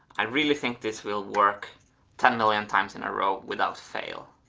i really think this will work ten million times in a row without fail.